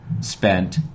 spent